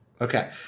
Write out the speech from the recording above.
Okay